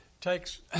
takes